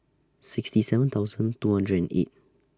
sixty seven thousand two hundred and eight